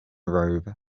robe